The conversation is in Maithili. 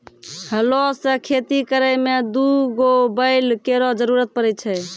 हलो सें खेती करै में दू गो बैल केरो जरूरत पड़ै छै